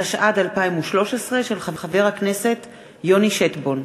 התשע"ד 2013, של חבר הכנסת יוני שטבון.